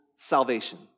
salvation